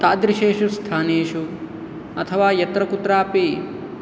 तादृशेषु स्थानेषु अथवा यत्रकुत्रापि